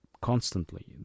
constantly